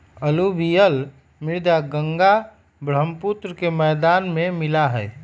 alluvial मृदा गंगा बर्ह्म्पुत्र के मैदान में मिला हई